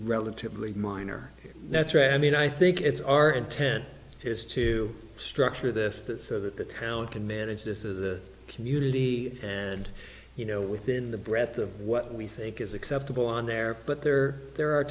relatively minor that's right i mean i think it's our intent is to structure this that so that the town can manage this as a community and you know within the breadth of what we think is acceptable on there but there are there are